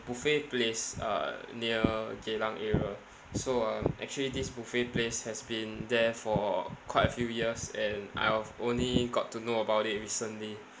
buffet place uh near geylang area so um actually this buffet place has been there for quite a few years and I've only got to know about it recently